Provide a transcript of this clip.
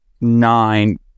nine